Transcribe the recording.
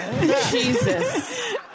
Jesus